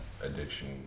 addiction